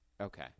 Okay